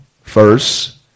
first